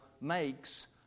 makes